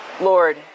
Lord